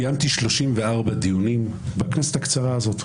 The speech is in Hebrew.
קיימתי 34 דיונים בכנסת הקצרה הזאת.